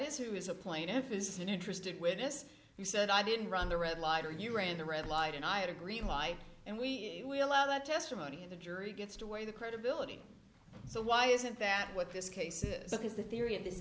is who is a plaintiff is an interested witness he said i didn't run the red light or you ran the red light and i had a green light and we will allow that testimony in the jury gets to weigh the credibility so why isn't that what this case is because the theory of this